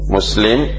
Muslim